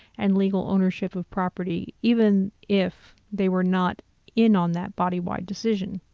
and legal ownership of property, even if they were not in on that body-wide decision.